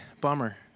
bummer